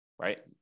right